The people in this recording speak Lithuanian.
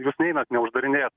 jūs neinat neuždarinėjat